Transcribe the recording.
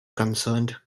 concerned